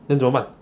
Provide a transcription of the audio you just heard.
then 怎么办